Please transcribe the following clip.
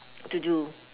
to do